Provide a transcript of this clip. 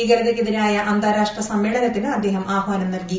ഭീകരതയ്ക്കെതിരായ അന്താരാഷ്ട്ര സമ്മേളനത്തിന് അദ്ദേഹം ആഹ്വാനം നൽകി